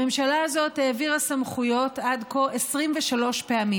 הממשלה הזאת העבירה סמכויות עד כה 23 פעמים.